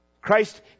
Christ